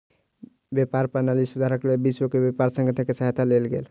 व्यापार प्रणाली सुधारक लेल विश्व व्यापार संगठन के सहायता लेल गेल